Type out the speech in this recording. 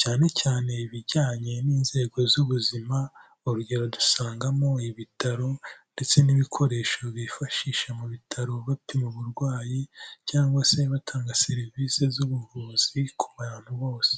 cyane cyane ibijyanye n'inzego z'ubuzima, urugero dusangamo, ibitaro, ndetse n'ibikoresho bifashisha mu bitaro bapima uburwayi, cyangwa se batanga serivisi z'ubuvuzi ku bantu bose.